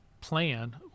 plan